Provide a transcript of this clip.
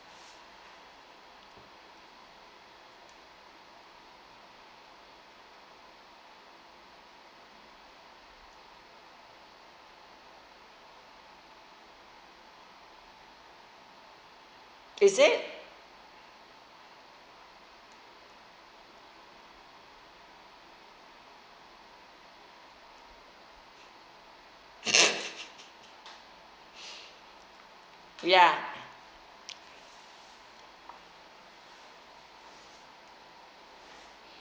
is it ya